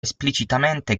esplicitamente